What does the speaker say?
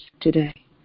today